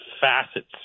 facets